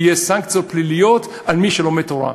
יהיו סנקציות פליליות על מי שלומד תורה.